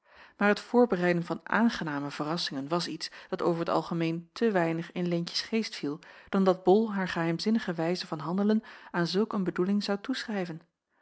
maar het voorbereiden van aangename verrassingen was iets dat over t algemeen te weinig in leentjes geest viel dan dat bol haar geheimzinnige wijze van handelen aan zulk een bedoeling zou toeschrijven